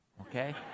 okay